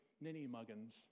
ninny-muggins